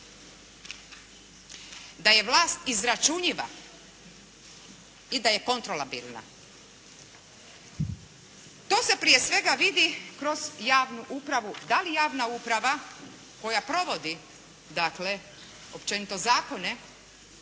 da je vlast izračunljiva i da je kontrolabilna. To se prije svega vidi kroz javnu upravu, da li javna uprava koja provodi dakle općenito zakone